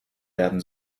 werden